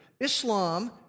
Islam